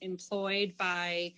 employed by